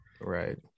right